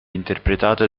interpretato